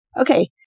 Okay